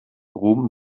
brom